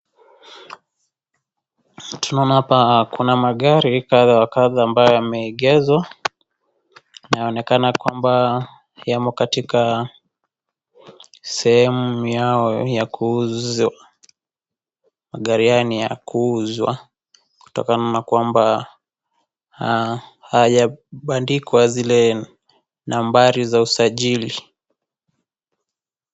Tunaona hapa kuna magari kadha wa kadha ambayo yameegezwa inayoonekana kwamba yamo katika sehemu yao ya kuuzwa, magari haya niya kuuzwa, kutokana na kwamba hayabandikwa zile nambari za usajili.